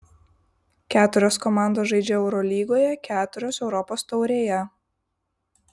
keturios komandos žaidžia eurolygoje keturios europos taurėje